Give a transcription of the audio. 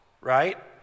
Right